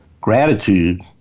gratitude